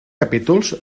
capítols